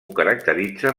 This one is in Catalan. caracteritza